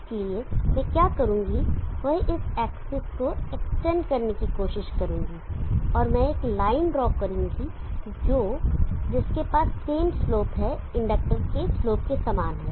इसलिए मैं क्या करूंगा वह इस एक्सिस को एक्सटेंड करने की कोशिश करूंगा और मैं एक लाइन ड्रॉ करूंगा जो जिसके पास सेम स्लोप है इंडक्टर के स्लोप के समान है